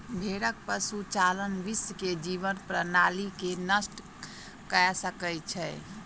भेड़क पशुचारण विश्व के जीवन प्रणाली के नष्ट कय सकै छै